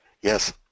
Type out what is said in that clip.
Yes